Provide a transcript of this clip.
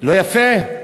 לא יפה?